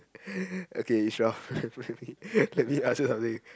okay Ishraf let me ask you something